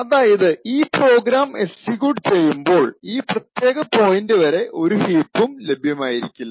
അതായത് ഈ program execute ചെയ്യുമ്പോൾ ഈ പ്രത്യേക പോയിൻറ് വരെ ഒരു ഹീപ്പും ലഭ്യമായിരിക്കില്ല